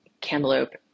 cantaloupe